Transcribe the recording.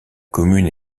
commune